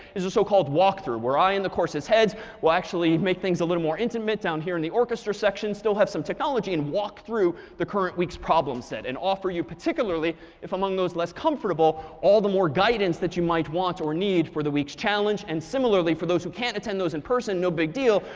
is a so-called walk through, where i and the course's heads will actually make things a little more intimate down here in the orchestra section, still have some technology and walk through the current week's problem set, and offer you particularly if among those less comfortable all the more guidance that you might want or need for the week's challenge. and similarly, for those who can't attend those in person, no big deal.